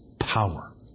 power